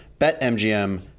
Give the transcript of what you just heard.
BetMGM